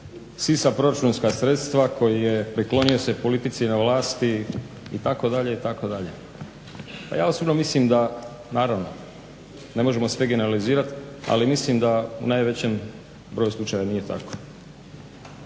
sisa proračunska sredstva, koji je priklonio se politici na vlasti itd., itd. A ja osobno mislim da, naravno ne možemo sve generalizirati, ali mislim da u najvećem broju slučajeva nije tako.